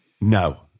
No